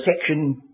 section